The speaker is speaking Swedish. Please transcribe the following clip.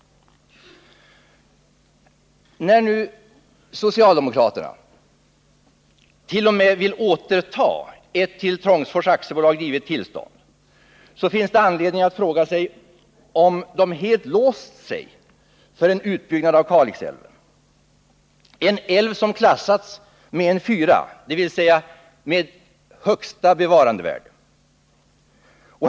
När nu socialdemokraterna t.o.m. vill återta ett till Trångsfors Aktiebolag redan givet tillstånd finns det anledning att fråga sig om de helt låst sig för en utbyggnad av Kalixälven — en älv som klassats med en fyra, dvs. med högsta bevarandevärde.